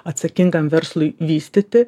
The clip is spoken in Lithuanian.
atsakingam verslui vystyti